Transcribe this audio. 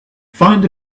find